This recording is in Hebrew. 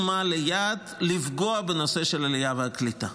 מה ליעד לפגוע בנושא של העלייה והקליטה.